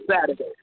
Saturday